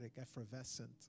effervescent